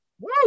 Woo